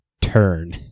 turn